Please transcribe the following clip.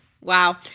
wow